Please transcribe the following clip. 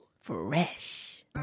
fresh